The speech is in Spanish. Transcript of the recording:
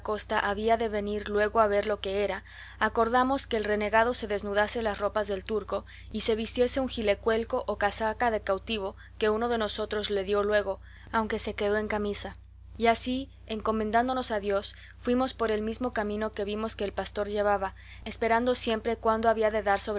había de venir luego a ver lo que era acordamos que el renegado se desnudase las ropas del turco y se vistiese un gilecuelco o casaca de cautivo que uno de nosotros le dio luego aunque se quedó en camisa y así encomendándonos a dios fuimos por el mismo camino que vimos que el pastor llevaba esperando siempre cuándo había de dar